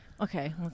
okay